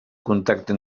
contacte